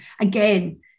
again